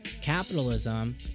capitalism